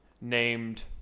named